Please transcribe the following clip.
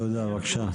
תודה בבקשה.